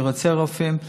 אני רוצה רופאים.